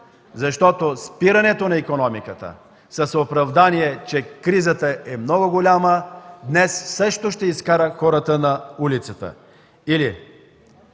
Спирането на икономиката с оправданието, че днес кризата е много голяма, също ще изкара хората на улицата.